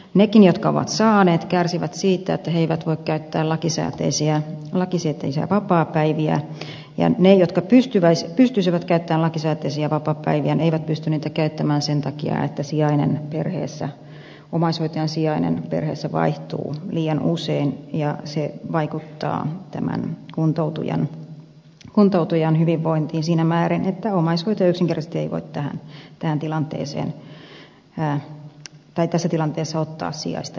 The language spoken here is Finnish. nekin jotka ovat saaneet kärsivät siitä että he eivät voi käyttää lakisääteisiä vapaapäiviä ja ne jotka pystyisivät käyttämään lakisääteisiä vapaapäiviä eivät pysty niitä käyttämään sen takia että omaishoitajan sijainen perheessä vaihtuu liian usein ja se vaikuttaa tämän kuntoutujan hyvinvointiin siinä määrin että omaishoitaja yksinkertaisesti ei voi tässä tilanteessa ottaa sijaista itsellensä